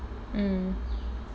mm